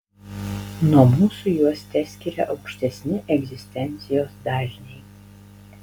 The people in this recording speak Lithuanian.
nuo mūsų juos teskiria aukštesni egzistencijos dažniai